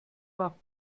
war